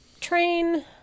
Train